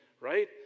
right